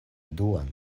duan